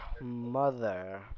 mother